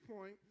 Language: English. point